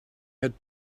had